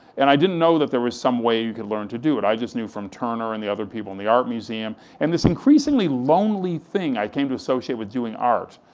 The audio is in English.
and i didn't know that there was some way you could learn to do it, i just knew from turner and the other people in the art museum, and this increasingly lonely thing i came to associate with doing art,